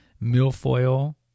Milfoil